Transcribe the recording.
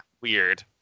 weird